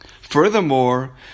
Furthermore